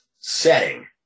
setting